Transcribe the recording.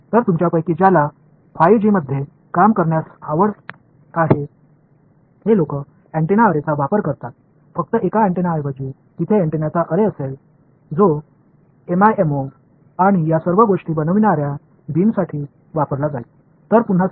எனவே உங்களில் எவரேனும் 5G இல் பணி புரிந்து கொண்டு அல்லது ஆர்வமுள்ளவர்களாக இருந்தால் மக்கள் ஆண்டெனா வரிசைகளைப் பயன்படுத்துவார்கள் ஒரே ஒரு ஆண்டெனாவுக்குப் பதிலாக ஆன்டெனாக்களின் வரிசை இருக்கும் இது MIMO ஐ உருவாக்கும் பீம் மற்றும் இந்த விஷயங்கள் அனைத்தையும் செய்ய பயன்படும்